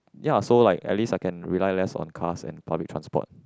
ya so like at least I can rely less on cars and public transport